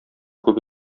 күп